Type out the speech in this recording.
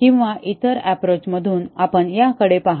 किंवा इतर अप्रोच मधून आपण याकडे पाहतो